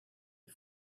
you